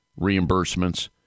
reimbursements